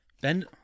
Ben